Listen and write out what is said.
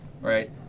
right